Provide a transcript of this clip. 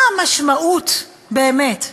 מה המשמעות, באמת,